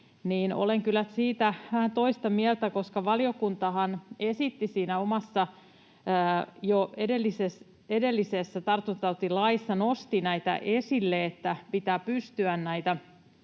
kyllä siitä vähän toista mieltä, koska valiokuntahan nosti näitä esille jo edellisen tartuntatautilain kohdalla, että pitää pystyä näitä